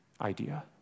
idea